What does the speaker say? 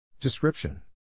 Description